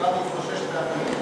דיברתי אתו שש פעמים.